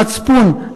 מצפון,